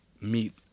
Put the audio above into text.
meet